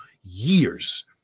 years